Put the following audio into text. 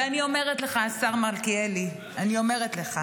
ואני אומרת לך, השר מלכיאלי, אני אומרת לך